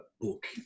book